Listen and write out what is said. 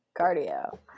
cardio